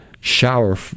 shower